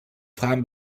fragen